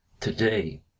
to-day